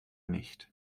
nicht